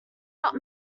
not